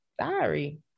Sorry